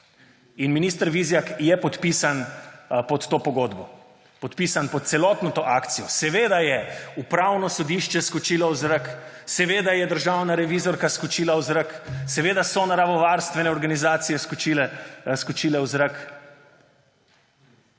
In minister Vizjak je podpisan pod to pogodbo, podpisan pod celotno to akcijo. Seveda je Upravno sodišče skočilo v zrak, seveda je državna revizorka skočila v zrak, seveda so naravovarstvene organizacije skočile v zrak.